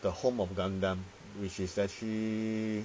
the home of gundam which is actually